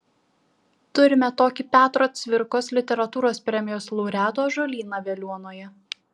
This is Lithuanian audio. turime tokį petro cvirkos literatūros premijos laureatų ąžuolyną veliuonoje